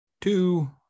two